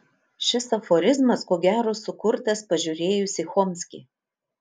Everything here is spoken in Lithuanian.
šis aforizmas ko gero sukurtas pažiūrėjus į chomskį